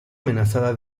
amenazada